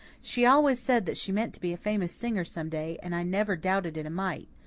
she always said that she meant to be a famous singer some day, and i never doubted it a mite.